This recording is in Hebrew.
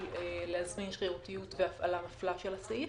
להזמין שרירותיות והפעלה מפלה של הסעיף.